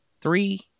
three